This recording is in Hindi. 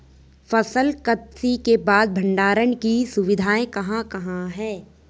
फसल कत्सी के बाद भंडारण की सुविधाएं कहाँ कहाँ हैं?